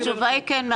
התשובה היא כן.